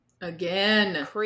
Again